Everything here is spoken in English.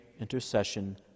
intercession